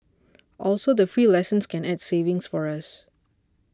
also the free lessons can add savings for us